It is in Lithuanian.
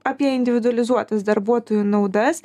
apie individualizuotas darbuotojų naudas